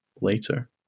later